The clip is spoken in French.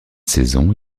saison